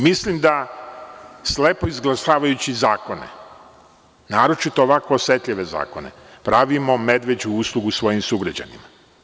Mislim da slepo izglasavajući zakone, naročito ovako osetljive zakone, pravimo medveđu uslugu u svojim sugrađanima.